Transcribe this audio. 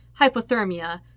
hypothermia